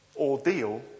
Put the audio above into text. ordeal